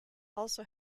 also